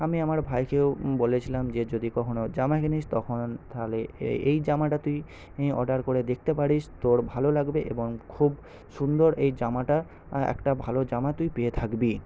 আমি আমার ভাইকেও বলেছিলাম যে যদি কখনো জামা কিনিস তখন তাহলে এই জামাটা তুই অর্ডার করে দেখতে পারিস তোর ভালো লাগবে এবং খুব সুন্দর এই জামাটা একটা ভালো জামা তুই পেয়ে থাকবি